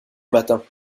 matins